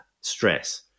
stress